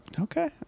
Okay